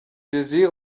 désir